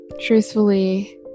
truthfully